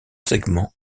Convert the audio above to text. segments